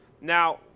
Now